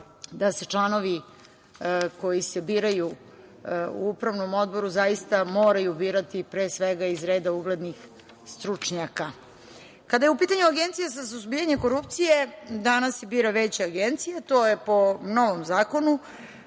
da se članovi koji se biraju u Upravnom odboru zaista moraju birati, pre svega iz reda uglednih stručnjaka. Kada je u pitanju Agencija za suzbijanje korupcije, danas se bira Veća Agencija, a to je po novom zakonu